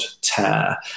tear